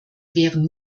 wären